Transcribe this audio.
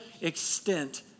extent